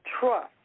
trust